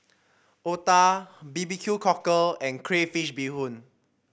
otah B B Q Cockle and Crayfish Beehoon